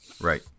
Right